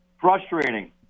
Frustrating